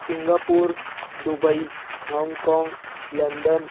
Singapore Dubai Hong Kong London